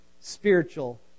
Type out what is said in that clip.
spiritual